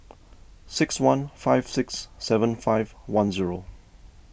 six one five six seven five one zero